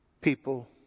people